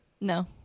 No